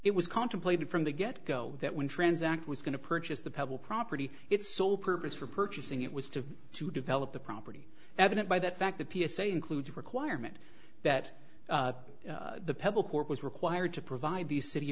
it was contemplated from the get go that when transact was going to purchase the pebble property its sole purpose for purchasing it was to to develop the property evident by that fact the p s a includes a requirement that the pebble corp was required to provide the city